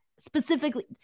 Specifically